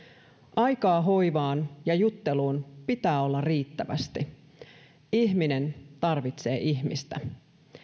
aikaa hoivaan ja jutteluun pitää olla riittävästi ihminen tarvitsee ihmistä